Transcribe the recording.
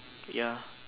ya